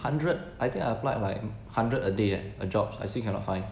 hundred I think I applied like hundred a day eh a job I still cannot find